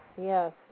yes